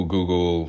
Google